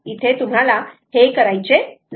इथे तुम्हाला हे करायचे नाही